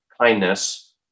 kindness